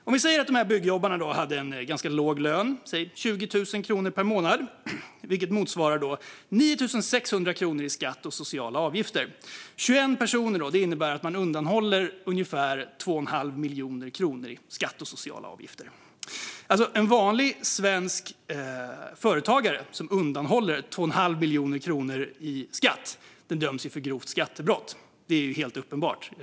Om dessa 21 byggjobbare hade en ganska låg lön, säg 20 000 kronor per månad, vilket motsvarar 9 600 kronor i skatt och sociala avgifter, innebär det att man undanhåller ungefär 2 1⁄2 miljon kronor i skatt och sociala avgifter. En vanlig svensk företagare som undanhåller 2 1⁄2 miljon kronor i skatt döms för grovt skattebrott. Det är helt uppenbart.